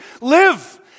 live